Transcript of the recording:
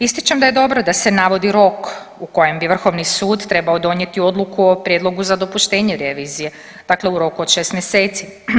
Ističem da je dobro da se navodi rok u kojem bi Vrhovni sud trebao donijeti odluku o prijedlogu za dopuštenje revizije, dakle u roku od 6 mjeseci.